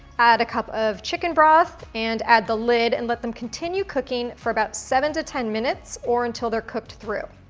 add a cup of chicken broth, and add the lid and let them continue cooking for about seven to ten minutes or until they're cooked through.